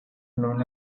known